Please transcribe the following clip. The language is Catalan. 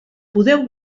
podeu